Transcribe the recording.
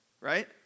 Right